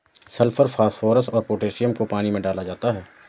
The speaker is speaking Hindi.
सल्फर फास्फोरस और पोटैशियम को पानी में डाला जाता है